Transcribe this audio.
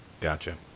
Gotcha